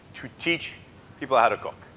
to teach people how to cook.